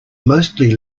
mostly